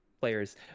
Players